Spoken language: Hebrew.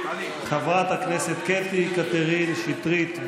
חברת הכנסת קטי קטרין שטרית.